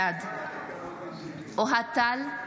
בעד אוהד טל,